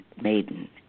maiden